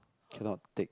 cannot take